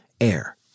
Air